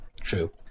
True